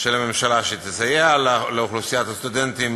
של הממשלה, שתסייע לאוכלוסיית הסטודנטים.